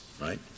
right